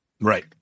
right